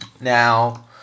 Now